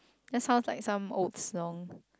that sounds like some old song